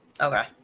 Okay